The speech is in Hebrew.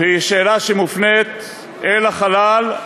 והיא שאלה שמופנית אל החלל.